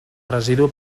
residu